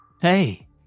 Hey